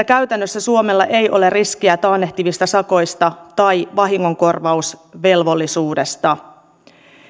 käytännössä suomella ei ole riskiä taannehtivista sakoista tai vahingonkorvausvelvollisuudesta